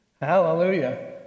hallelujah